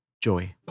joy